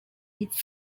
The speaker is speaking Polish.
nic